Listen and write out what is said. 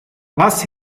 was